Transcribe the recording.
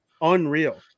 Unreal